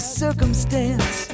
circumstance